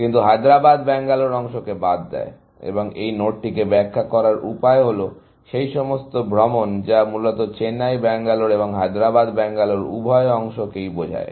কিন্তু হায়দ্রাবাদ ব্যাঙ্গালোর অংশকে বাদ দেয় এবং এই নোডটিকে ব্যাখ্যা করার উপায় হল সেই সমস্ত ভ্রমণ যা মূলত চেন্নাই ব্যাঙ্গালোর এবং হায়দ্রাবাদ ব্যাঙ্গালোর উভয় অংশই কে বোঝায়